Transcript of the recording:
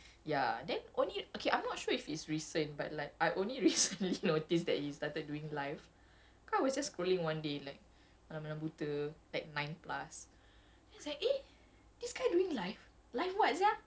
ya then only okay I'm not sure if it's recent but like I only recently noticed that he started doing live kind of just scrolling one day like malam-malam buta like nine plus I was like eh this guy doing live live what sia